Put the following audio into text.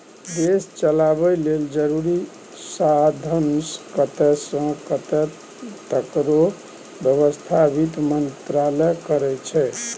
देश चलाबय लेल जरुरी साधंश कतय सँ एतय तकरो बेबस्था बित्त मंत्रालय करै छै